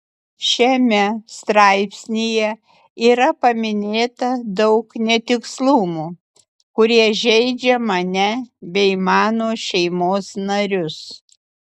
šiame straipsnyje yra paminėta daug netikslumų kurie žeidžia mane bei mano šeimos narius